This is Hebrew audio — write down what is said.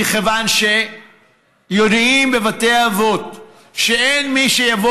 מכיוון שיודעים בבתי האבות שאין מי שיבוא